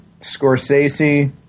Scorsese